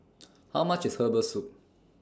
How much IS Herbal Soup